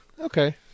Okay